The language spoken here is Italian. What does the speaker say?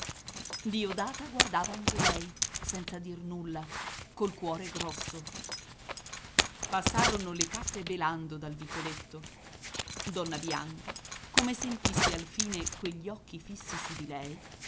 diodata guardava anche lei senza dir nulla col cuore grosso passarono le capre belando dal vicoletto donna bianca come sentisse alfine quegli occhi fissi su di lei